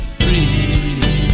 breathe